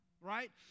right